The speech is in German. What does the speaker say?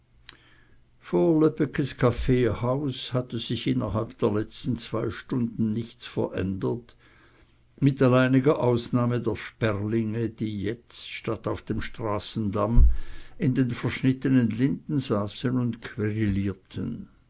kaffeehaus hatte sich innerhalb der letzten zwei stunden nichts verändert mit alleiniger ausnahme der sperlinge die jetzt statt auf dem straßendamm in den verschnittenen linden saßen und